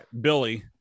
Billy